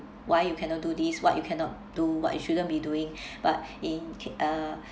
why you cannot do this what you cannot do what you shouldn't be doing but in uh